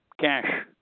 cash